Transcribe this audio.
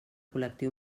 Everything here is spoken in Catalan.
col·lectiu